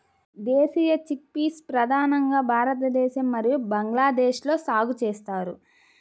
దేశీయ చిక్పీస్ ప్రధానంగా భారతదేశం మరియు బంగ్లాదేశ్లో సాగు చేస్తారు